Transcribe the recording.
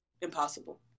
Impossible